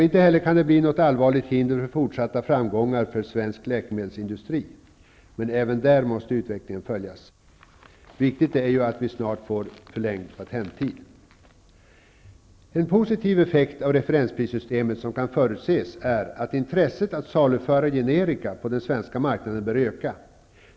Inte heller kan det bli något allvarligt hinder för fortsatta framgångar för svensk läkemedelsindustri, men även där måste utvecklingen följas. Viktigt är ju att vi snart får förlängd patenttid. En positiv effekt av referensprissystemet som kan förutses är att intresset att saluföra generika på den svenska marknaden bör öka.